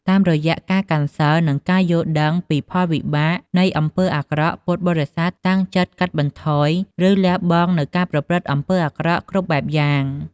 តាមរយៈការកាន់សីល និងការយល់ដឹងពីផលវិបាកនៃអំពើអាក្រក់ ពុទ្ធបរិស័ទតាំងចិត្តកាត់បន្ថយ ឬលះបង់នូវការប្រព្រឹត្តអំពើអាក្រក់គ្រប់បែបយ៉ាង។